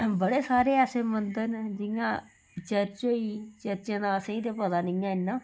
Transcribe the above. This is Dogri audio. बड़े सारे ऐसे मंदर न जियां चर्च होई चर्चें दा असें ते पता नी ऐ इन्ना